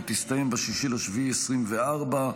והיא תסתיים ב-6 ביולי 2024,